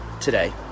today